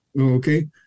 okay